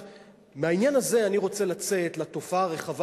מהעניין הזה אני רוצה לצאת לתופעה הרחבה